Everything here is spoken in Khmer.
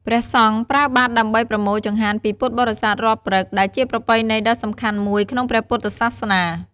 ព្រះសង្ឃប្រើបាតដើម្បីប្រមូលចង្ហាន់ពីពុទ្ធបរិស័ទរាល់ព្រឹក ដែលជាប្រពៃណីដ៏សំខាន់មួយក្នុងព្រះពុទ្ធសាសនា។